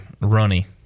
runny